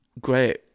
great